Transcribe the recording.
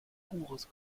pures